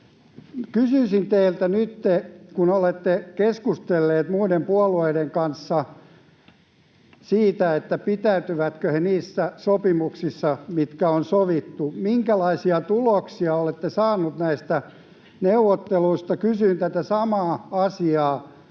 Kysyisin teiltä nytten, kun olette keskustellut muiden puolueiden kanssa siitä, pitäytyvätkö he niissä sopimuksissa, mitkä on sovittu: Minkälaisia tuloksia olette saanut näistä neuvotteluista? Kysyin tätä samaa asiaa